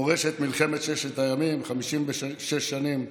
מורשת מלחמת ששת הימים, 56 שנים